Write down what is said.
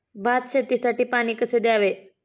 भात शेतीसाठी पाणी कसे द्यावे?